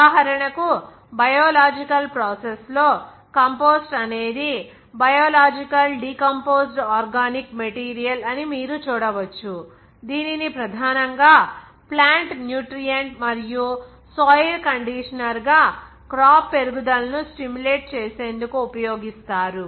ఉదాహరణకు biological process లో compost అనేది బయోలాజికల్ డికంపోస్డ్ ఆర్గానిక్ మెటీరియల్ అని మీరు చూడవచ్చు దీనిని ప్రధానంగా ప్లాంట్ న్యూట్రిఎంట్ మరియు సాయిల్ కండీషనర్ గా క్రాప్ పెరుగుదలను స్టిమ్యులేట్ చేసేందుకు ఉపయోగిస్తారు